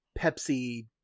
Pepsi